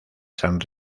san